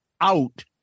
out